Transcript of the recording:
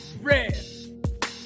Red